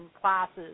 classes